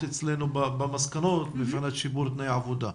אצלנו במסקנות מבחינת שיפור תנאי העבודה.